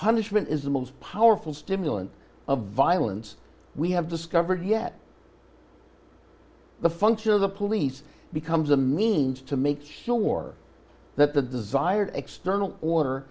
punishment is the most powerful stimulant of violence we have discovered yet the function of the police becomes a means to make sure that the desired external or